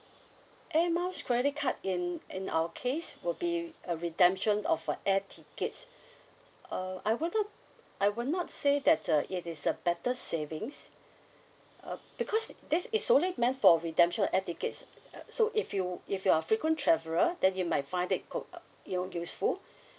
air miles credit card in in our case will be a redemption of uh air tickets err I wouldn't I would not say that uh it is a better savings uh because this is solely meant for redemption of air tickets uh so if you if you are frequent traveller then you might find that co~ you know useful